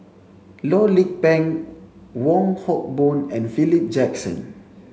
Loh Lik Peng Wong Hock Boon and Philip Jackson